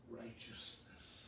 righteousness